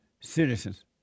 citizens